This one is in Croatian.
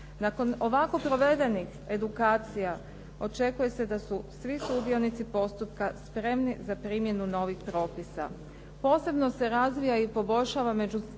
Nakon ovako provedenih edukacija očekuje se da su svi sudionici postupka spremni za primjenu novih propisa. Posebno se razvija i poboljšava međusobna